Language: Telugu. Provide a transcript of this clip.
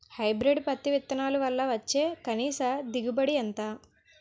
హైబ్రిడ్ పత్తి విత్తనాలు వల్ల వచ్చే కనీస దిగుబడి ఎంత?